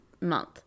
month